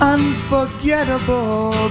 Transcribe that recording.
Unforgettable